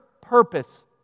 purpose